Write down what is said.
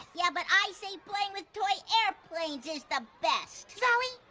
yeah but i say playing with toy airplanes is the best. zoe,